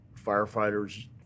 Firefighters